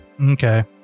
Okay